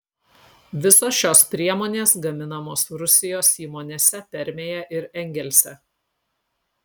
visos šios priemonės gaminamos rusijos įmonėse permėje ir engelse